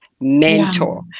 mentor